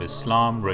Islam